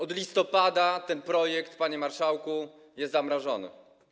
Od listopada ten projekt, panie marszałku, jest zamrożony.